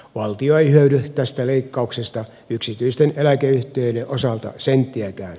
valtio ei hyödy tästä leikkauksesta yksityisten eläkeyhtiöiden osalta senttiäkään